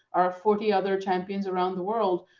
our forty other champions around the world.